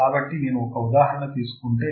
కాబట్టి నేను ఒక ఉదాహరణ తీసుకుంటే